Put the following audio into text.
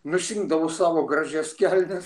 nusiimdavau savo gražias kelnes